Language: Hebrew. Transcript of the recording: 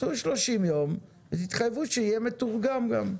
תעשו 30 יום ותתחייבו שיהיה גם מתורגם.